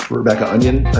rebecca onion